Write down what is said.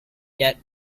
yet